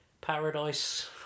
paradise